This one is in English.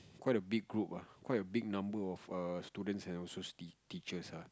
quite a big group ah quite a big number of err students of T~ teachers ah